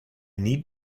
need